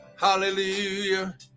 Hallelujah